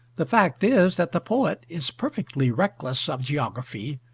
the fact is that the poet is perfectly reckless of geography,